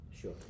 Sure